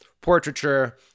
portraiture